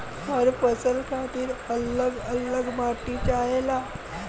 हर फसल खातिर अल्लग अल्लग माटी चाहेला